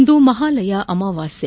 ಇಂದು Mahalaya ಅಮಾವಾಸ್ಕೆ